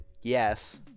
yes